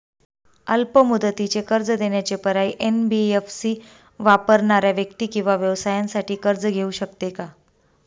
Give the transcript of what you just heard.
अल्प मुदतीचे कर्ज देण्याचे पर्याय, एन.बी.एफ.सी वापरणाऱ्या व्यक्ती किंवा व्यवसायांसाठी कर्ज घेऊ शकते का?